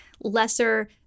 lesser